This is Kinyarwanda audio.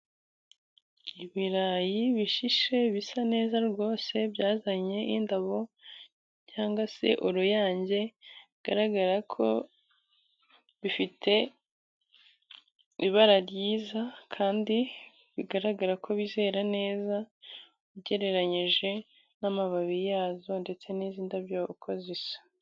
Ibirayi bishishe bisa neza rwose, byazanye indabo cyangwa se uruyange, bigaragara ko bifite ibara ryiza kandi bigaragara ko bizera neza, ugereranyije n'amababi yazo ndetse n'izi ndabyo uko zisa.